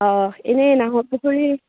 অঁ এনেই নাহৰ পুখুৰী